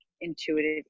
intuitive